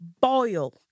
boil